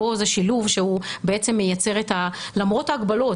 למרות ההגבלות,